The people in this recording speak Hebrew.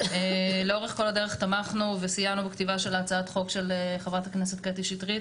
לאורך כל הדרך תמכנו וסייענו בכתיבה של הצעת החוק של ח"כ קטי שטרית,